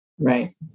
Right